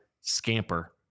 scamper